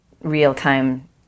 real-time